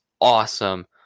awesome